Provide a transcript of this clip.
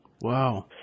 Wow